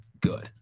good